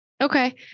Okay